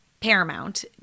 paramount